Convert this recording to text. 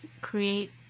create